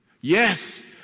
Yes